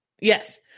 Yes